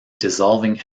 dissolving